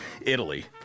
Italy